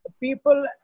people